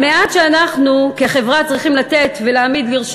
המעט שאנחנו כחברה צריכים לתת ולהעמיד לרשות